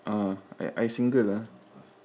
ah I I single ah